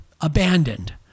abandoned